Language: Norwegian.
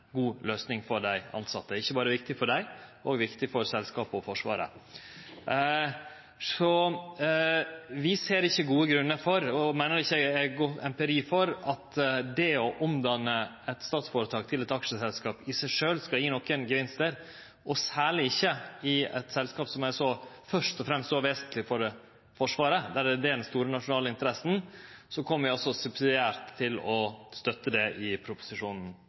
ikkje berre viktig for dei tilsette, men det er òg viktig for selskapet og Forsvaret. Vi ser ikkje gode grunnar for og meiner at det ikkje er empiri for at det å omdanne eit statsføretak til eit aksjeselskap i seg sjølv skal gi nokon gevinstar, særleg ikkje i eit selskap som først og fremst er så vesentleg for Forsvaret – det er store, nasjonale interesser – og vi kjem subsidiært til å støtte